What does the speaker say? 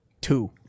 Two